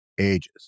ages